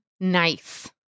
nice